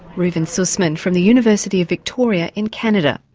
reuven sussman from the university of victoria in canada.